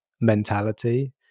mentality